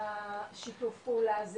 --- בשיתוף פעולה הזה